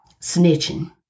snitching